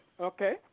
okay